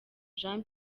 jean